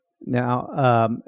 Now